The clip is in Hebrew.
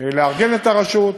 לארגן את הרשות,